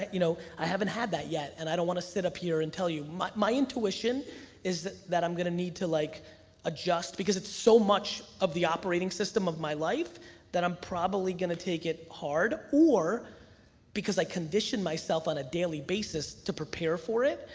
you know i haven't had that yet and i don't wanna sit up here and tell you. my my intuition is that that i'm gonna need to like adjust because it's so much of the operating system of my life that i'm probably gonna take it hard, or because i conditioned myself on a daily basis to prepare for it,